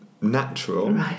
natural